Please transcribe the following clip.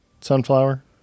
Sunflower